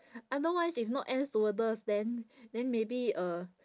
otherwise if not air stewardess then then maybe uh